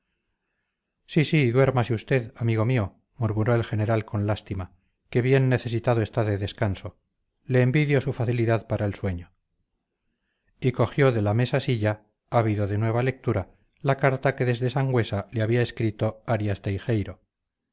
sí sí duérmase usted amigo mío murmuró el general con lástima que bien necesitado está de descanso le envidio su facilidad para el sueño y cogió de la mesa silla ávido de nueva lectura la carta que desde sangüesa le había escrito arias teijeiro